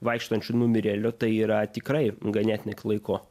vaikštančiu numirėliu tai yra tikrai ganėtinai klaiku